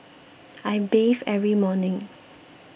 I bathe every morning